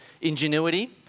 ingenuity